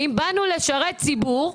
ואם באנו לשרת ציבור,